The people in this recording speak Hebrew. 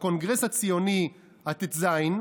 בקונגרס הציוני הט"ז,